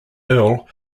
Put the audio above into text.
earl